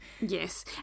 Yes